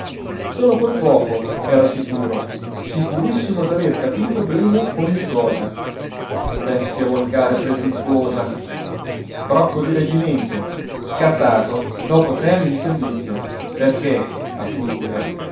solo quel fofo era sicuro sicurissimo d'aver capito bene ogni cosa bestia volgare e presuntuosa brocco di reggimento scartato dopo tre anni di servizio perché a suo dire